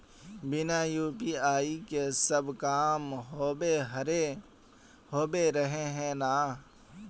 बिना यु.पी.आई के सब काम होबे रहे है ना?